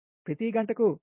ప్రతి గంటకు 1